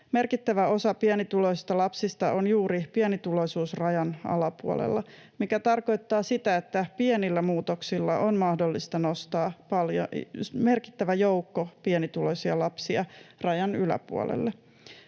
Merkittävä osa pienituloisista lapsista on juuri pienituloisuusrajan alapuolella, mikä tarkoittaa sitä, että pienillä muutoksilla on mahdollista nostaa merkittävä joukko pienituloisia lapsia rajan yläpuolelle.